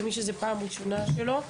למי שזו פעם ראשונה שלו.